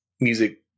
music